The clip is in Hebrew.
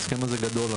ההסכם הזה גדול.